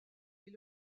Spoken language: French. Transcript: les